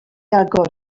agor